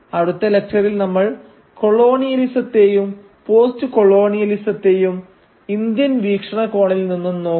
അടുത്ത ലക്ച്ചറിൽ നമ്മൾ കൊളോണിയലിസത്തെയും പോസ്റ്റ് കൊളോണിയലിസത്തെയും ഇന്ത്യൻ വീക്ഷണകോണിൽ നിന്നു നോക്കും